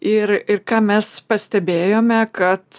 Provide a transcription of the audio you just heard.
ir ir ir ką mes pastebėjome kad